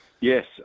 Yes